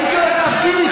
הייתי הולך להפגין איתך.